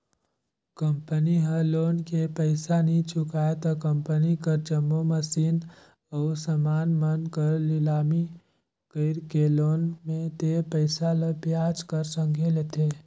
company ह loan के पइसा नी चुकाय त कंपनी कर जम्मो मसीन अउ समान मन कर लिलामी कइरके लोन में देय पइसा ल बियाज कर संघे लेथे